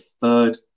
third